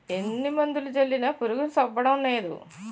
ఎన్ని మందులు జల్లినా పురుగు సవ్వడంనేదు